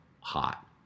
hot